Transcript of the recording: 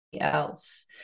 else